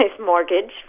mortgage